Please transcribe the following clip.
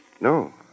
No